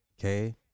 Okay